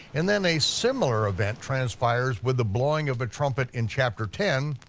and then a similar event transpires with the blowing of a trumpet in chapter ten,